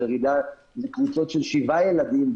זו ירידה בקבוצות של 7 ילדים.